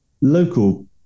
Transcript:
local